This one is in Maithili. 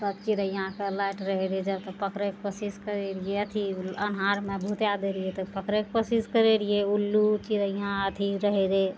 सब चिड़ैयाँके लाइट रहै रहै जब तऽ पकड़ैके कोशिश करै रहियै अथी अन्हारमे बुताइ दै रहियै तऽ पकड़ैके कोशिश करै रहियै उल्लू चिड़ैयाँ अथी रहै रहै